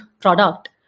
product